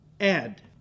Add